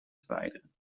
verwijderen